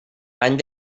any